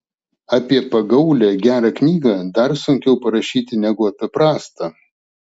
apie pagaulią gerą knygą dar sunkiau parašyti negu apie prastą